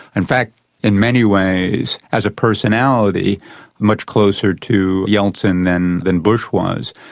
in fact in many ways as a personality much closer to yeltsin than than bush was,